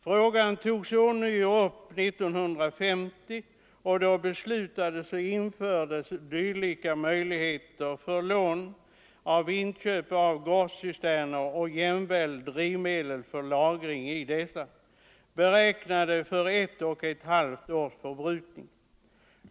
Frågan togs ånyo upp 1950 och då beslutades och infördes möjlighet till lån för inköp av gårdscisterner och drivmedelslagring i dessa för I 1/2 års förbrukning.